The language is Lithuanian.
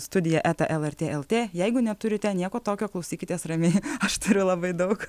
studija eta lrt lt jeigu neturite nieko tokio klausykitės ramiai aš turiu labai daug